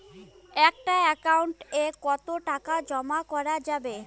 একটা একাউন্ট এ কতো টাকা জমা করা যাবে?